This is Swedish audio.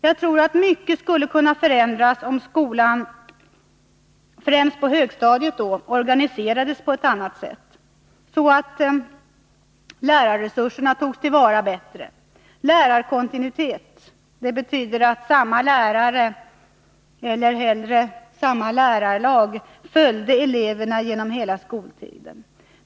Jag tror att mycket skulle kunna förändras, om skolan — främst på högstadiet — organiserades på ett annat sätt, så att lärarresurserna togs till vara bättre. Man borde ha lärarkontinuitet, vilket betyder att samma lärare — eller hellre samma lärarlag — följde eleverna genom hela skoltiden.